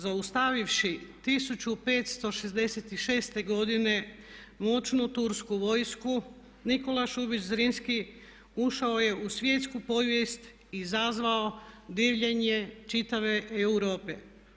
Zaustavivši 1566. godine moćnu tursku vojsku Nikola Šubić Zrinski ušao je u svjetsku povijest i izazvao divljenje čitave Europe.